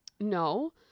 no